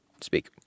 speak